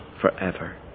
forever